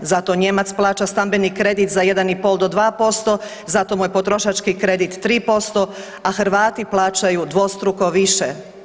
Zato Nijemac plaća stambeni kredit za 1,5 do 2%, zato mu je potrošački kredit 3%, a Hrvati plaćaju dvostruko više.